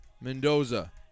Mendoza